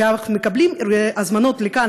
שמקבלים הזמנות לכאן,